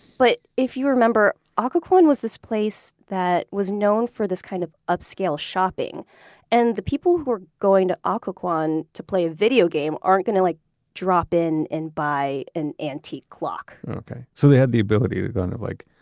but if you remember, ah occoquan was this place that was known for this kind of upscale shopping and the people who were going to ah occoquan to play a video game aren't going to like drop in and buy an antique clock okay. so they had the ability to kind of like